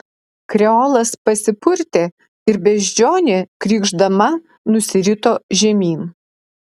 kreolas pasipurtė ir beždžionė krykšdama nusirito žemyn